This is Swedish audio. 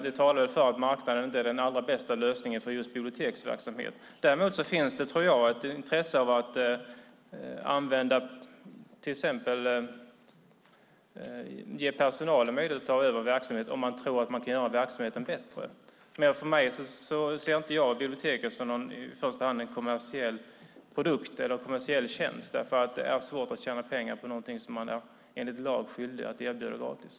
Det talar för att marknaden inte är den allra bästa lösningen för just biblioteksverksamhet. Däremot finns det, tror jag, ett intresse av att till exempel ge personalen möjlighet att ta över en verksamhet om man tror att det kan göra verksamheten bättre. Jag ser dock inte biblioteken som en i första hand kommersiell produkt eller tjänst eftersom det är svårt att tjäna pengar på någonting som man enligt lag är skyldig att erbjuda gratis.